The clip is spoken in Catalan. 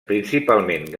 principalment